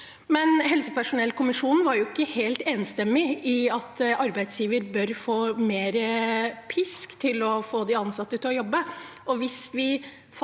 Helsepersonellkommisjonen var ikke helt enstemmig for at arbeidsgiver bør få mer pisk for å få de ansatte til å jobbe.